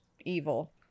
evil